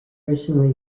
recently